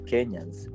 Kenyans